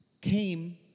came